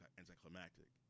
anticlimactic